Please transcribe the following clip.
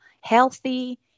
healthy